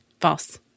False